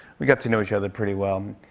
we got to know each other pretty well.